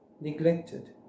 neglected